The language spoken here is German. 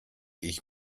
ich